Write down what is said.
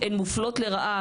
הן מופלות לרעה,